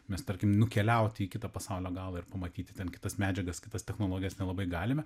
mes tarkim nukeliauti į kitą pasaulio galą ir pamatyti ten kitas medžiagas kitas technologijas nelabai galime